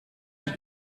deux